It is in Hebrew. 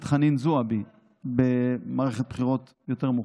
חנין זועבי במערכת בחירות יותר מאוחר.